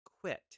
quit